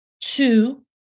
Two